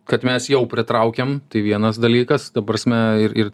kad mes jau pritraukėm tai vienas dalykas ta prasme ir ir